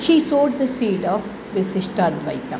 हि said the seed of Vishishtadvaita